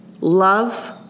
love